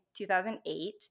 2008